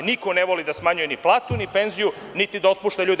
Niko ne voli da smanjuje ni platu, ni penziju, ni da otpušta ljude.